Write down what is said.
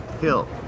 Hill